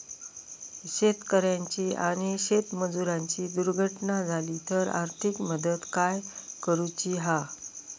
शेतकऱ्याची आणि शेतमजुराची दुर्घटना झाली तर आर्थिक मदत काय करूची हा?